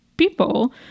people